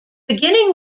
beginning